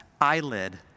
eyelid